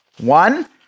One